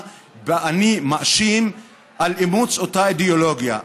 ב"אני מאשים" על אימוץ אותה אידיאולוגיה.